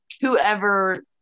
whoever